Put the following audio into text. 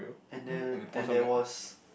and there and there was